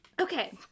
okay